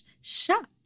shop